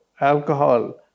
alcohol